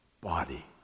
body